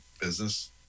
business